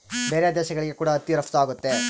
ಬೇರೆ ದೇಶಗಳಿಗೆ ಕೂಡ ಹತ್ತಿ ರಫ್ತು ಆಗುತ್ತೆ